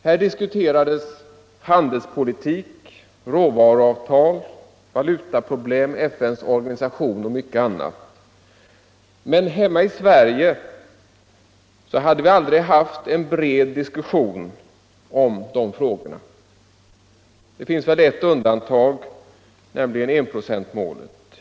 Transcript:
Här diskuterades handelspolitik, råvaruavtal, valutaproblem, FN:s organisation och mycket annat. Men hemma i Sverige hade vi aldrig haft en bred diskussion om de frågorna. Det finns ett undantag, nämligen enprocentsmålet.